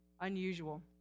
unusual